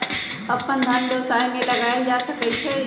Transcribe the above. अप्पन धन व्यवसाय में लगायल जा सकइ छइ